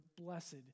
blessed